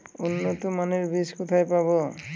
উন্নতমানের বীজ কোথায় পাব?